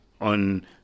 on